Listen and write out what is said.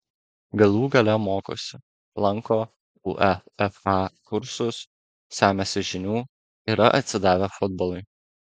galų gale mokosi lanko uefa kursus semiasi žinių yra atsidavę futbolui